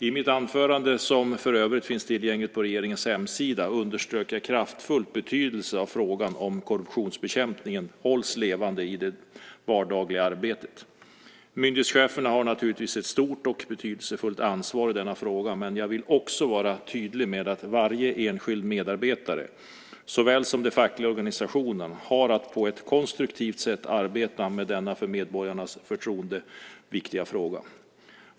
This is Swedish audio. I mitt anförande, som för övrigt finns tillgängligt på regeringens hemsida, underströk jag kraftfullt betydelsen av att frågan om korruptionsbekämpning hålls levande i det vardagliga arbetet. Myndighetscheferna har naturligtvis ett stort och betydelsefullt ansvar i denna fråga, men jag vill också vara tydlig med att varje enskild medarbetare, likväl som de fackliga organisationerna, har att på ett konstruktivt sätt arbeta med denna för medborgarnas förtroende viktiga fråga.